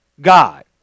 God